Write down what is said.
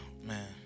man